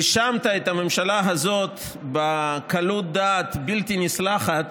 האשמת את הממשלה הזאת בקלות דעת בלתי נסלחת